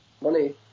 money